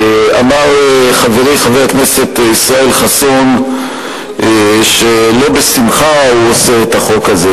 אמר חברי חבר הכנסת ישראל חסון שלא בשמחה הוא עושה את החוק הזה.